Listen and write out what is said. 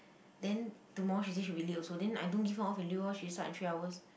then tomorrow she said she will be late also then I don't give her off in lieu lor she start at three hours